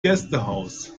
gästehaus